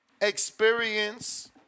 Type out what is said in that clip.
experience